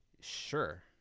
sure